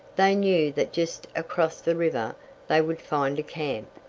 they knew that just across the river they would find a camp,